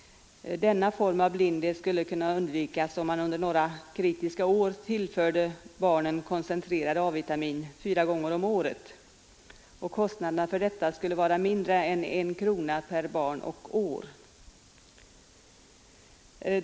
Denna form av blindhet skulle kunna undvikas, om man under några kritiska år tillförde barnen koncentrerad A-vitamin fyra gånger om året, och kostnaderna härför skulle vara mindre än en krona per barn och år.